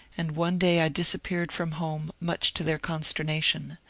and one day i disap peared from home, much to their consternation.